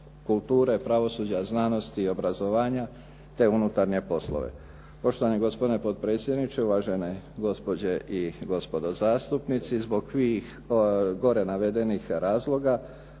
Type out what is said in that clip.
kulture, pravosuđa, znanosti i obrazovanja te unutarnje poslove. Poštovani gospodine potpredsjedniče, uvažene gospođe i gospodo zastupnici zbog svih gore navedenih razloga